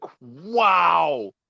wow